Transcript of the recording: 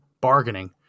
bargaining